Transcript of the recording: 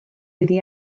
iddi